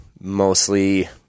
mostly